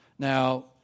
Now